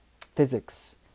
physics